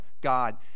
God